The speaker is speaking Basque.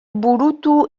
burutu